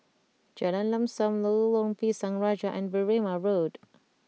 Jalan Lam Sam Lorong Pisang Raja and Berrima Road